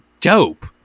dope